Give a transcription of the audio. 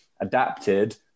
adapted